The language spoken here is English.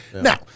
Now